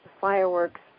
fireworks